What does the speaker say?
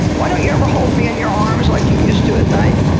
why don't you ever hold me in your arms like you used to at night?